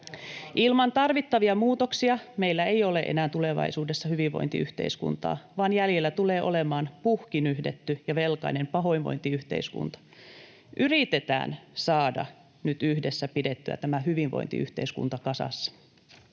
Ilman tarvittavia muutoksia meillä ei ole enää tulevaisuudessa hyvinvointiyhteiskuntaa, vaan jäljellä tulee olemaan puhki nyhdetty ja velkainen pahoinvointiyhteiskunta. Yritetään saada nyt yhdessä pidettyä tämä hyvinvointiyhteiskunta kasassa.